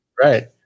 Right